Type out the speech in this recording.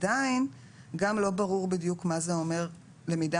עדיין גם לא ברור בדיוק מה זה אומר למידה